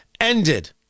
ended